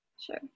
Sure